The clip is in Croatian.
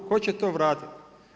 Tko će to vratiti?